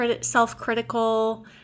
self-critical